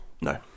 No